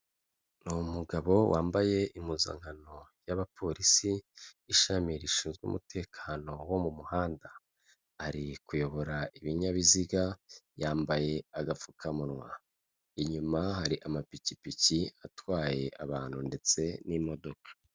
Ni umugabo wambaye impuzankano y'abapolisi, ishami rishinzwe umutekano wo mu muhanda, ari kuyobora ibinyabiziga yambaye agapfukamunwa, inyuma hari amapikipiki atwaye abantu ndetse n'imodoka.